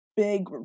Big